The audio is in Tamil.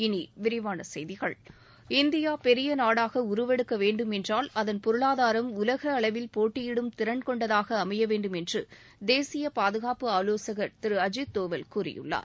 இனிவிரிவான செய்திகள் இந்தியா பெரிய நாடாக உருவெடுக்க வேண்டும் என்றால் அதன் பொருளாதாரம் உலக அளவில் போட்டியிடும் திறன்கொண்டதாக அமைய வேண்டும் என்று தேசிய பாதகாப்பு ஆலோசகர் திரு அஜித் டோவல் கூறியுள்ளார்